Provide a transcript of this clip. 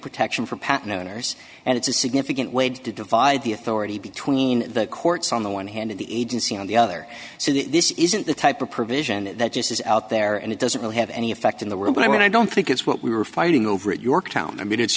protection for patent owners and it's a significant way to divide the authority between the courts on the one hand in the agency on the other so this isn't the type of provision that this is out there and it doesn't really have any effect in the world but i don't think it's what we were fighting over at yorktown i mean it's